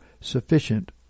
sufficient